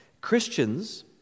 Christians